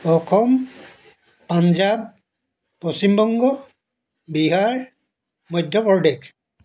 Assam Punjab Paschim Banga Bihar Madhya Pradesh